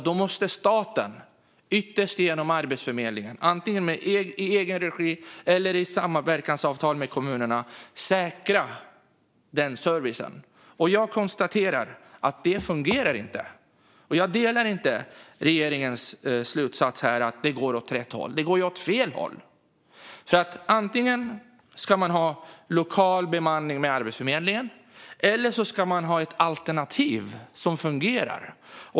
Då måste staten, ytterst genom Arbetsförmedlingen antingen i egen regi eller i samverkansavtal med kommunerna, säkra den servicen. Jag konstaterar att det inte fungerar. Jag delar inte regeringens slutsats att det går åt rätt håll. Det går åt fel håll. Antingen ska man ha lokal bemanning i Arbetsförmedlingen, eller så ska man ha alternativ som fungerar.